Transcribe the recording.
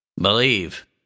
Believe